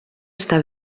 està